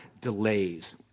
delays